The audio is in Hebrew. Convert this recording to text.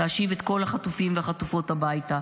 להשיב את כל החטופים והחטופות הביתה.